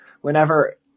whenever